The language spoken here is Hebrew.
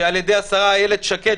על ידי השרה איילת שקד,